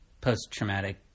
post-traumatic